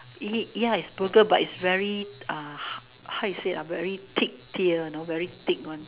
y~ ya is burger but very uh how you say lah very thick tier you know very thick one